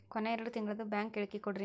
ಕೊನೆ ಎರಡು ತಿಂಗಳದು ಬ್ಯಾಂಕ್ ಹೇಳಕಿ ಕೊಡ್ರಿ